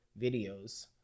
videos